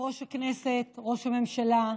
יושב-ראש הכנסת, ראש הממשלה,